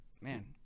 man